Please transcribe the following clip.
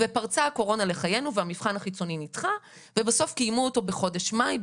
פרצה הקורונה לחיינו והמבחן החיצוני נדחה ולבסוף תיאמו אותו בחודש מאי,